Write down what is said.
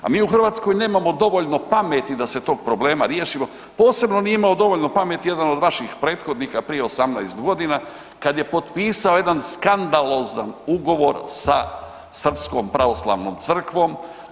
A mi u Hrvatskoj nemamo dovoljno pameti da se tog problema riješimo, posebno nije imao dovoljno pameti jedan od vaših prethodnika prije 18 godina, kad je potpisao jedan skandalozan ugovor sa Srpskom pravoslavnom crkvom.